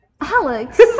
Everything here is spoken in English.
Alex